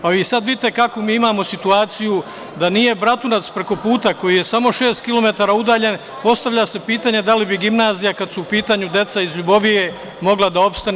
Sad vi vidite kakvu mi imamo situaciju, da nije Bratunac prekoputa, koji je samo šest kilometara udaljen, postavlja se pitanje da li bi gimnazija, kad su u pitanju deca iz LJubovije, mogla da opstane.